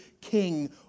king